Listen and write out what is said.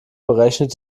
berechnet